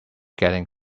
getting